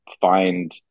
find